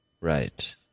Right